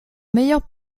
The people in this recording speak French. meilleurs